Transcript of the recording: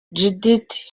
judith